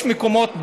יש מקומות,